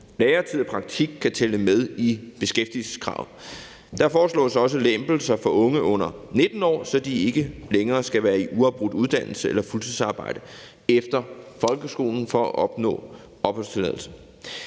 læretid og praktik kan tælle med i beskæftigelseskravet. Der foreslås også lempelser for unge under 19 år, så de ikke længere skal være i uafbrudt uddannelse eller fuldtidsarbejde efter folkeskolen for at opnå opholdstilladelse.